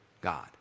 God